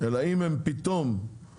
אלא אם הם פתאום הביאו